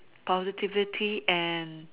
positivity and